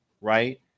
right